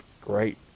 great